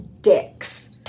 dicks